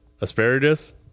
Asparagus